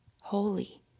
holy